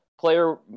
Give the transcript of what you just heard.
player